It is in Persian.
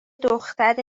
دختر